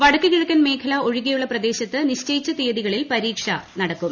വടക്കു കിഴക്കൻ മേഖ്വല് ഒഴ്ചികെയുള്ള പ്രദേശത്ത് നിശ്ചയിച്ച തീയതികളിൽ പരീക്ഷ നടക്കുള്ള